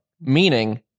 meaning